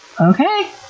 okay